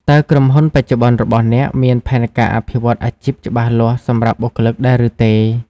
តើក្រុមហ៊ុនបច្ចុប្បន្នរបស់អ្នកមានផែនការអភិវឌ្ឍន៍អាជីពច្បាស់លាស់សម្រាប់បុគ្គលិកដែរឬទេ?